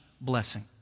blessing